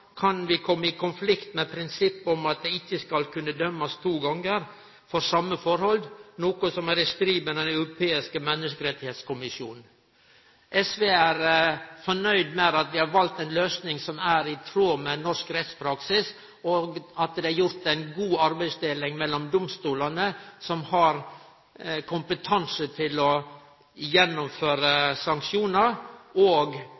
kan vi kome i konflikt med prinsippet om at det ikkje skal kunne dømmast to gonger for same forhold, noko som er i strid med Den europeiske menneskerettskommisjon. SV er fornøgd med at vi har valt ei løysing som er i tråd med norsk rettspraksis, og at det er gjort ei god arbeidsdeling mellom domstolane, som har kompetanse til å gjennomføre sanksjonar, og